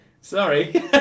sorry